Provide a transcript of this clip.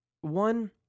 One